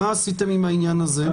מה עשיתם עם העניין הזה?